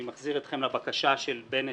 אני מחזיר אתכם לבקשה של בנט,